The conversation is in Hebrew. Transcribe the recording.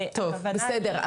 טוב, בסדר.